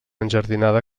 enjardinada